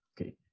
okay